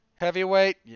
Heavyweight